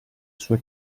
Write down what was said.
sue